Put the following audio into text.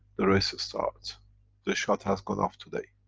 the race starts. the shot has gone off today.